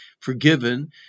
forgiven